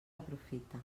aprofita